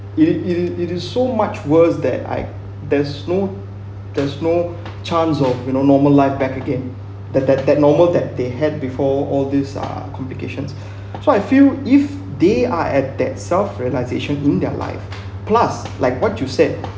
it it it it is so much worse that I there's no there's no chance of you know normal life back again that that that normal that they had before all these uh complications so I feel if they are at that self realisation in their life plus like what you said